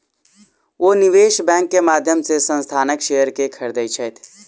ओ निवेश बैंक के माध्यम से संस्थानक शेयर के खरीदै छथि